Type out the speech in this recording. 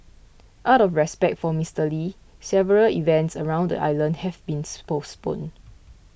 out of respect for Mister Lee several events around the island have been postponed